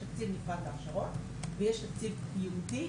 יש תקציב נפרד להכשרות ויש תקציב ייעודי,